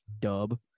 dub